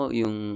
yung